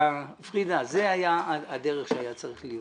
פרידה, זאת הדרך שהייתה צריכה להיות